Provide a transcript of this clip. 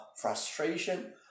frustration